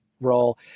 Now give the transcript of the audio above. role